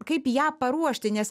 kaip ją paruošti nes